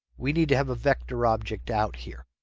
we need to have a vector object out here.